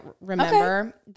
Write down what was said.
remember